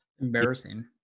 Embarrassing